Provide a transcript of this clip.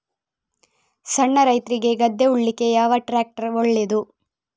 ಸಣ್ಣ ರೈತ್ರಿಗೆ ಗದ್ದೆ ಉಳ್ಳಿಕೆ ಯಾವ ಟ್ರ್ಯಾಕ್ಟರ್ ಒಳ್ಳೆದು?